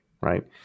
right